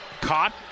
Caught